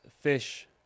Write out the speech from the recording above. fish